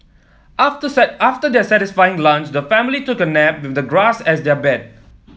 after after their satisfying lunch the family took a nap with the grass as their bed